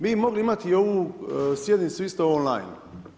Mi bi mogli imati i ovu sjednicu isto on-line.